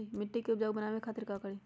मिट्टी के उपजाऊ बनावे खातिर का करी?